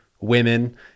women